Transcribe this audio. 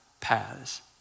paths